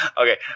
Okay